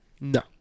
No